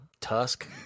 Tusk